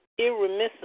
irremissible